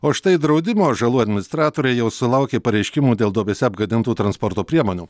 o štai draudimo žalų administratoriai jau sulaukė pareiškimų dėl duobėse apgadintų transporto priemonių